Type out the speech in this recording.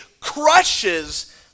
crushes